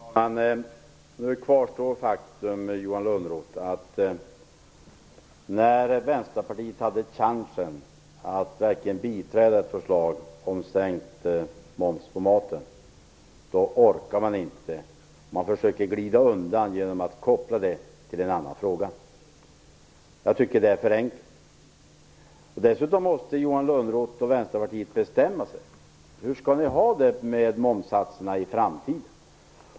Herr talman! Nu kvarstår faktum, Johan Lönnroth, att när Vänsterpartiet hade chansen att verkligen biträda ett förslag om sänkt moms på maten, då orkade man inte. Man försöker nu glida undan genom att koppla det till en annan fråga. Jag tycker det är för enkelt. Dessutom måste Johan Lönnroth och Vänsterpartiet bestämma sig. Hur skall ni ha det med momssatserna i framtiden?